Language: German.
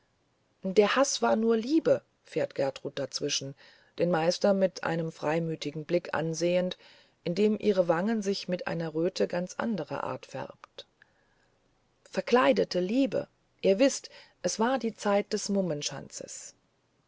der haß war nur liebe fährt gertrud dazwischen den meister mit einem freimütigen blicke ansehend indem ihre wange sich mit einer röte ganz anderer art färbt verkleidete liebe ihr wißt es war die zeit des